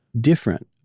different